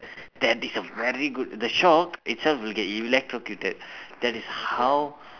that is a very good the shock itself will get it will electrocuted that is how